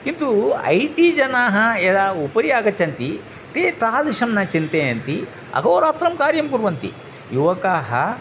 किन्तु I T जनाः यदा उपरि आगच्छन्ति ते तादृशं न चिन्तयन्ति अहोरात्रं कार्यं कुर्वन्ति युवकाः